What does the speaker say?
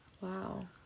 wow